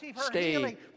stay